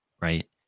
right